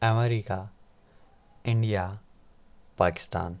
America India Pakistan